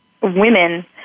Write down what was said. women